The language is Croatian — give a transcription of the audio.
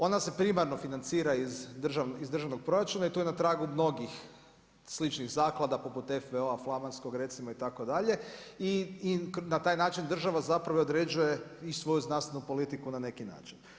Ona se primarno financira iz državnog proračuna i to je na tragu mnogih sličnih zaklada poput FFO-a, flamanskog recimo itd. i na taj način država zapravo određuje i svoju znanstvenu politiku na neki način.